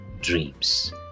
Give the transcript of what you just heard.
dreams